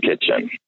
kitchen